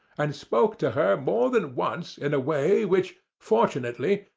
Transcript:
and spoke to her more than once in a way which, fortunately,